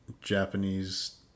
Japanese